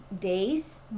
days